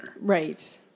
right